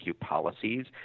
policies